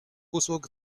usług